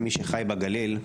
מי שחי בגליל,